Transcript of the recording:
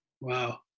Wow